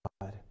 God